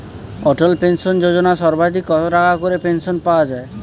অটল pension Yojana সর্বাধিক কত টাকা করে পেনশন পাওয়া যায়?